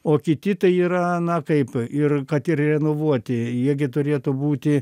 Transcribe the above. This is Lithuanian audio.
o kiti tai yra na kaip ir kad ir renovuoti jie gi turėtų būti